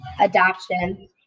adoption